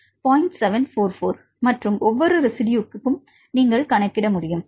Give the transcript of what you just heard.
744 மற்றும் ஒவ்வொரு ரெஸிட்யுக்கும் நீங்கள் கணக்கிட முடியும்